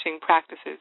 practices